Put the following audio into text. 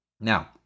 Now